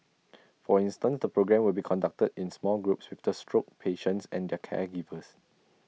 for instance the programme will be conducted in small groups with the stroke patients and their caregivers